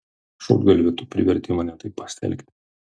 šūdgalvi tu privertei mane taip pasielgti